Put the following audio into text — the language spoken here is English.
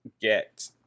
get